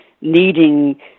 needing